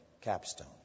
capstone